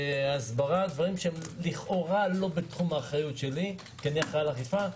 הסברה - דברים שלכאורה לא בתחום אחריותי כי אני אחראי על אכיפה.